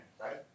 right